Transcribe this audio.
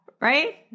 Right